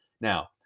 Now